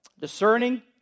Discerning